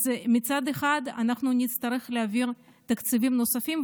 אז מצד אחד נצטרך להעביר תקציבים נוספים,